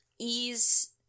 ease